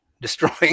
destroying